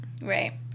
right